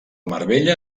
marbella